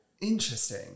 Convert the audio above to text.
interesting